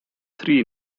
three